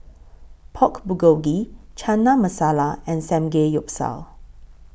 Pork Bulgogi Chana Masala and Samgeyopsal